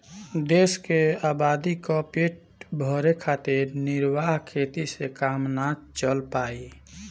देश के आबादी क पेट भरे खातिर निर्वाह खेती से काम ना चल पाई